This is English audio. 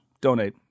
donate